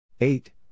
Eight